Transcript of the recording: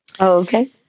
Okay